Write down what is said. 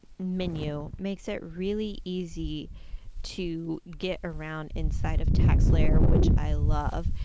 menu, makes it really easy to get around inside of taxslayer, which i love.